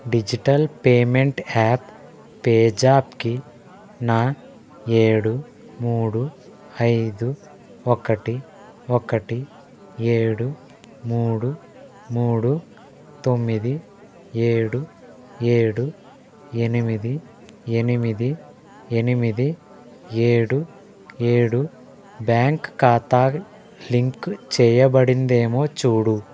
digital payment app పేజాప్కి నా ఏడు మూడు ఐదు ఒకటి ఒకటి ఏడు మూడు మూడు తొమ్మిది ఏడు ఏడు ఎనిమిది ఎనిమిది ఎనిమిది ఏడు ఏడు బ్యాంక్ ఖాతా లింకు చేయబడింది ఏమో చూడు